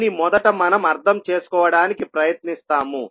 అని మొదట మనం అర్థం చేసుకోవడానికి ప్రయత్నిస్తాము